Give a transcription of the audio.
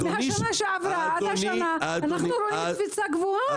מהשנה שעברה עד השנה אנחנו רואים קפיצה גבוהה.